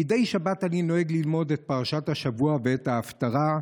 מדי שבת אני נוהג ללמוד את פרשת השבוע ואת ההפטרה,